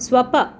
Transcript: swap